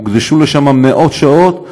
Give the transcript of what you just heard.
הוקדשו לשם כך מאות שעות,